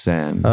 Sam